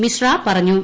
മിശ്ര പറഞ്ഞു